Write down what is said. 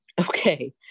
Okay